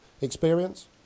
experience